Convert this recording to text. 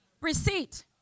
Receipt